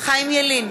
חיים ילין,